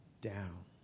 down